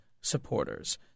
supporters